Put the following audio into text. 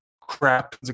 Crap